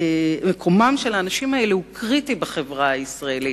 מקומם של אלה הוא קריטי במיוחד בחברה הישראלית.